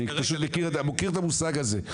אני פשוט מכיר את המושג הזה.